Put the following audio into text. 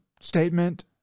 statement